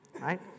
right